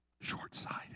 short-sighted